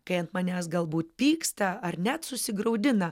kai ant manęs galbūt pyksta ar net susigraudina